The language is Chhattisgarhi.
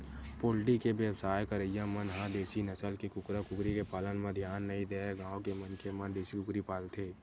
पोल्टी के बेवसाय करइया मन ह देसी नसल के कुकरा कुकरी के पालन म धियान नइ देय गांव के मनखे मन देसी कुकरी पालथे